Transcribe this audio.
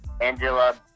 Angela